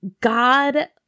God